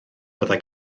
byddai